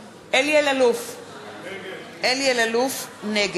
(קוראת בשמות חברי הכנסת) אלי אלאלוף, נגד